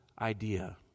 idea